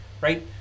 right